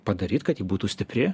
padaryt kad ji būtų stipri